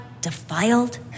defiled